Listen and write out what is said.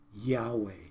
Yahweh